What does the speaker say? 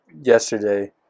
yesterday